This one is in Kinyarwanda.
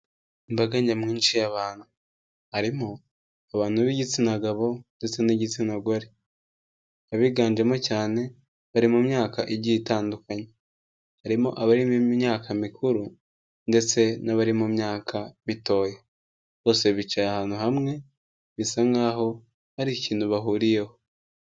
Imbaga nyamwinshi y'abantu. Harimo abantu b'igitsinagabo ndetse n'igitsinagore. Abiganjemo cyane bari mu myaka igiye itandukanye. Harimo abari mu myaka mikuru ndetse n'abari mu myaka mitoya. Bose bicaye ahantu hamwe, bisa nk'aho hari ikintu bahuriyeho.